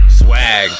swag